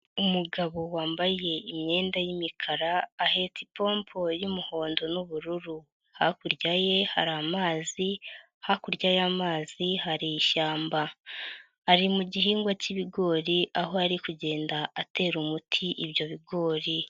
Umugabo wambaye imyenda y'imikara, ahetse ipombo y'umuhondo n'ubururu. Hakurya ye hari amazi, hakurya y'amazi hari ishyamba. Ari mu gihingwa cy'ibigori, aho ari kugenda atera umuti ibyo bigori.